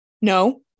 no